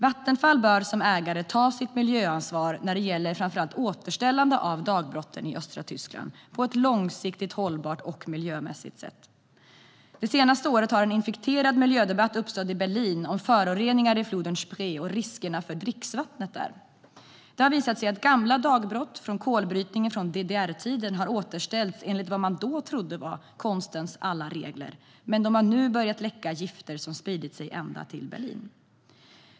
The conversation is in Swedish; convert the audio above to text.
Vattenfall bör som ägare ta sitt miljöansvar när det gäller framför allt återställande av dagbrotten i östra Tyskland på ett långsiktigt och miljömässigt hållbart sätt. Det senaste året har en infekterad miljödebatt uppstått i Berlin om föroreningar i floden Spree och riskerna för dricksvattnet där. Det har visat sig att gamla dagbrott från kolbrytningen från DDR-tiden har återställts enligt vad man då trodde var konstens alla regler, men de har nu börjat läcka gifter som sprider sig ända till Berlin.